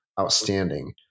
outstanding